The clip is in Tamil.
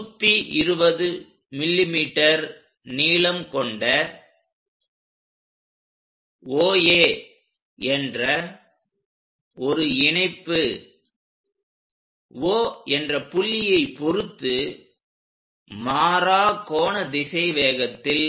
120 mm நீளம் கொண்ட OA என்ற ஒரு இணைப்பு O என்ற புள்ளியை பொருத்து மாறா கோண திசைவேகத்தில்